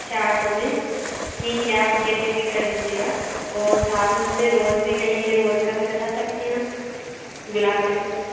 चार सौ में ठीक है आप गेंदे भी कर दीजिएगा और साथ में मुझे रोज़ भी चाहिए रोज़ का भी बता सकते हैं आप गुलाब के फूल